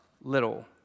little